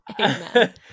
Amen